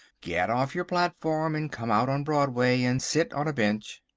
get off your platform and come out on broadway and sit on a bench.